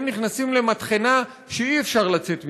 הם נכנסים למטחנה שאי-אפשר לצאת ממנה.